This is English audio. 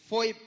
Foi